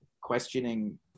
questioning